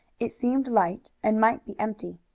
it seemed light, and might be empty.